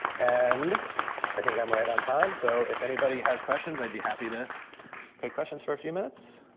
and i think i'm right on time. so if anybody has questions, i'd be happy to take questions for a few minutes.